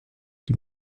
die